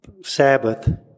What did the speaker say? Sabbath